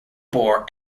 bore